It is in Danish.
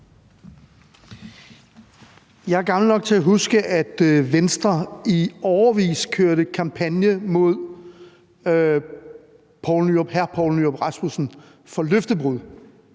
Jeg er gammel nok til at huske, at Venstre i årevis kørte en kampagne mod hr. Poul Nyrup Rasmussen for løftebrud.